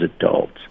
adults